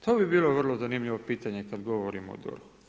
To bi bilo vrlo zanimljivo pitanje kada govorimo o DORH-u.